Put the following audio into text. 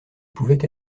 pouvait